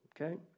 Okay